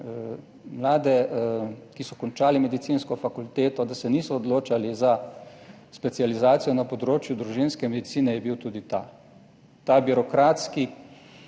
mlade, ki so končali medicinsko fakulteto, da se niso odločali za specializacijo na področju družinske medicine, je bil tudi ta, ta birokratski,